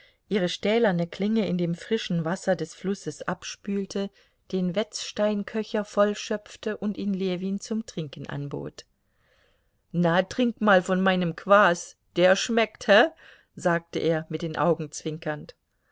ihre stählerne klinge in dem frischen wasser das flusses abspülte den wetzsteinköcher vollschöpfte und ihn ljewin zum trinken anbot na trink mal von meinem kwaß der schmeckt he sagte er mit den augen zwinkernd